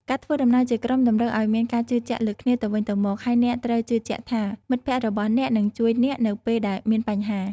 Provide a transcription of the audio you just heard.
ការធ្វើដំណើរជាក្រុមតម្រូវឱ្យមានការជឿជាក់លើគ្នាទៅវិញទៅមក ហើយអ្នកត្រូវជឿជាក់ថា មិត្តភក្តិរបស់អ្នកនឹងជួយអ្នកនៅពេលដែលមានបញ្ហា។